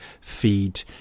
feed